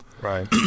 right